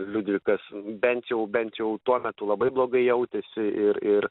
liudvikas bent jau bent jau tuo metu labai blogai jautėsi ir ir